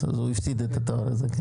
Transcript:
אז הוא הפסיד את התואר הזה.